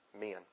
men